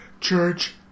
Church